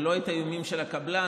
ולא האיומים של הקבלן,